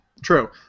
True